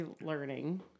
learning